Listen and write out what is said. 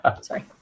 Sorry